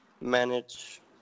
manage